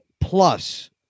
plus